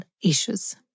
issues